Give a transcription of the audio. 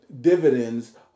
dividends